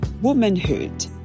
womanhood